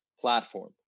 platform